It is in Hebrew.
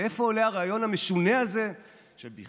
מאיפה עולה הרעיון המשונה הזה שבכנסת